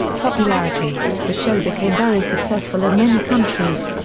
popularity the show became very successful in many countries.